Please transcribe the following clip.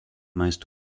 meist